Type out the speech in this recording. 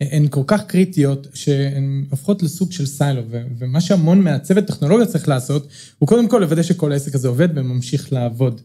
הן כל כך קריטיות, שהן הופכות לסוג של סיילו, ומה שהמון מהצוות טכנולוגיות צריך לעשות, הוא קודם כל לוודא שכל העסק הזה עובד וממשיך לעבוד.